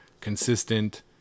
consistent